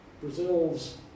Brazil's